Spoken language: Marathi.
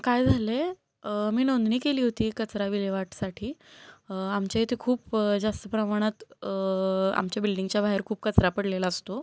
काय झालं आहे मी नोंदणी केली होती कचरा विल्हेवाटसाठी आमच्या इथे खूप जास्त प्रमाणात आमच्या बिल्डिंगच्या बाहेर खूप कचरा पडलेला असतो